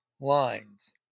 lines